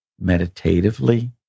meditatively